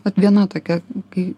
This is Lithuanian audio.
vat viena tokia kai